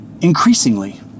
increasingly